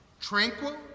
tranquil